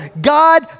God